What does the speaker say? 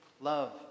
love